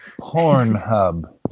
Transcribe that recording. Pornhub